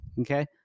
okay